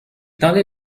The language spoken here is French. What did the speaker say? tendait